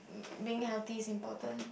being healthy is important